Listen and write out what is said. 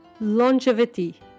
Longevity